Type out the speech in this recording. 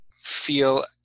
feel